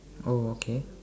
oh okay